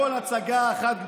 הכול הצגה אחת גדולה.